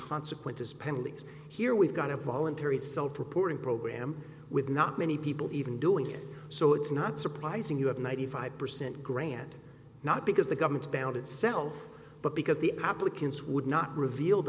consequences penalties here we've got a voluntary itself reporting program with not many people even doing it so it's not surprising you have ninety five percent grant not because the government bound itself but because the applicants would not reveal